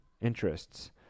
interests